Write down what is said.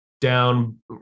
down